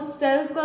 self